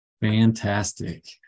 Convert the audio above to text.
Fantastic